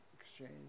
exchange